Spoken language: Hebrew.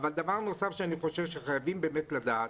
דבר נוסף שאני חושב שחייבים לדעת.